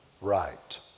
right